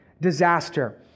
disaster